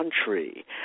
country